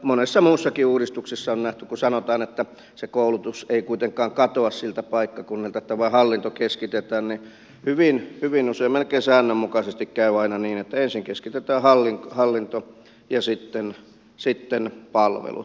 monessa muussakin uudistuksessa on nähty kun sanotaan että se koulutus ei kuitenkaan katoa siltä paikkakunnalta että vain hallinto keskitetään että hyvin usein melkein säännönmukaisesti käy niin että ensin keskitetään hallinto ja sitten palvelut